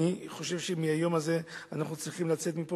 אני חושב שמהיום הזה אנחנו צריכים לצאת מפה